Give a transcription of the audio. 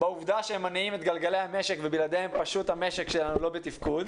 בעובדה שהם מניעים את הגלגלי המשק ובלעדיהם פשוט המשק שלנו לא בתפקוד,